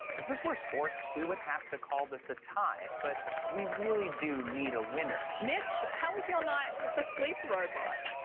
if this were sports, we would have to call this a tie, but we really do need a winner. mitch, how was your night with the sleep robot?